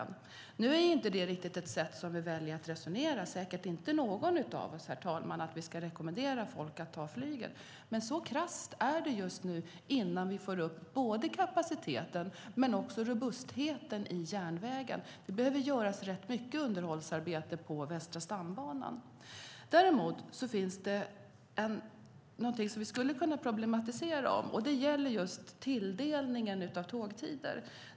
Nu är inte det ett sätt som vi väljer att resonera på, säkert inte någon av oss, herr talman, att vi ska rekommendera folk att ta flyget. Men så krasst är det just nu innan vi får upp både kapaciteten och robustheten i järnvägen. Det behöver göras rätt mycket underhållsarbete på Västra stambanan. Däremot finns det någonting som vi skulle kunna problematisera, och det gäller tilldelningen av tågtider.